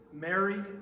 married